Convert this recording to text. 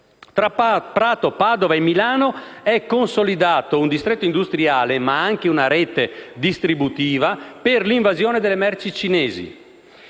Tra Prato, Padova e Milano è consolidato un distretto industriale, ma anche una rete distributiva per l'invasione delle merci cinesi.